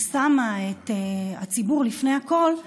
ששמה את הציבור לפני הכול,